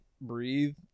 breathe